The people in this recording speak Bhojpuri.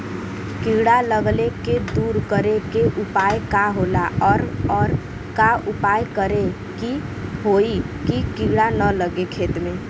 कीड़ा लगले के दूर करे के उपाय का होला और और का उपाय करें कि होयी की कीड़ा न लगे खेत मे?